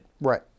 Right